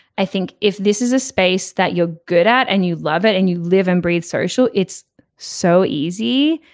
i think if this is a space that you're good at and you love it and you live and breathe social it's so easy.